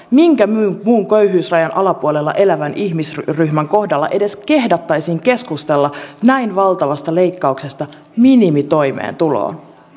minkä muun köyhyysrajan alapuolella elävän ihmisryhmän kohdalla edes kehdattaisiin keskustella näin valtavasta leikkauksesta minimitoimeentuloon